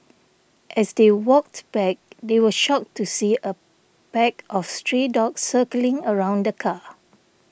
as they walked back they were shocked to see a pack of stray dogs circling around the car